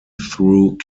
through